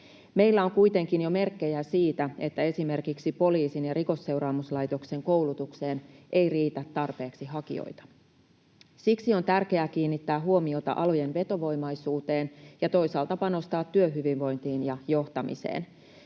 Meillä on kuitenkin jo merkkejä siitä, että esimerkiksi poliisin ja Rikosseuraamuslaitoksen koulutukseen ei riitä tarpeeksi hakijoita. Siksi on tärkeää kiinnittää huomiota alojen vetovoimaisuuteen ja toisaalta panostaa työhyvinvointiin ja johtamiseen.